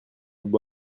votre